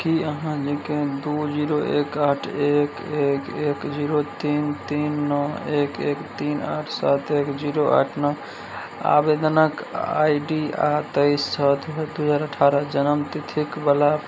की अहाँ नीके दू जीरो एक आठ एक एक एक जीरो तीन तीन नओ एक एक तीन आठ सात एक जीरो आठ नओ आवेदनक आइ डी आ तेइस ह दू हजार अठारह जन्मतिथिक वला